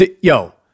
yo